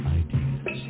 ideas